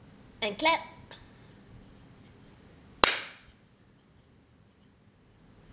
and clap